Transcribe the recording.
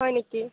হয় নেকি